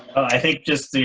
i think just, you